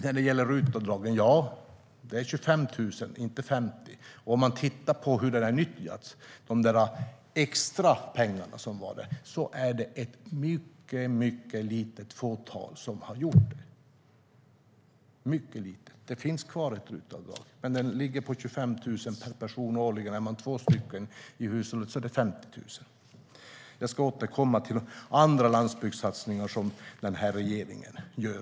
RUT-avdraget är 25 000 kronor, inte 50 000. Om vi tittar på hur det har nyttjats, de extra pengarna i avdraget, ser vi att det är ett mycket litet fåtal som har utnyttjat det. RUT-avdraget finns kvar, men det är på 25 000 per person och år. Är man två i hushållet är det 50 000. Jag återkommer i nästa inlägg till ytterligare landsbygdssatsningar som regeringen gör.